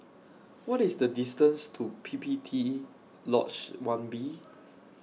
What IS The distance to P P T Lodge one B